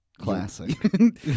Classic